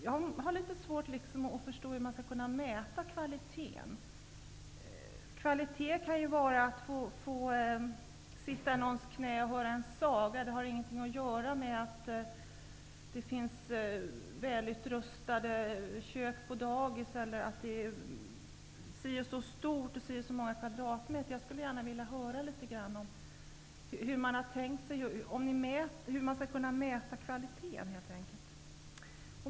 Jag har litet svårt att förstå hur man skall kunna mäta kvaliteten. Kvalitet kan ju vara att man får sitta i någons knä och höra en saga. Det har ju ingenting att göra med att det finns välutrustade kök på dagis eller att det är si och så stort. Hur har ni tänkt att man skall kunna mäta kvaliteten?